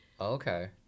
Okay